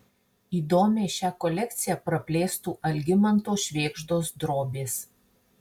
įdomiai šią kolekciją praplėstų algimanto švėgždos drobės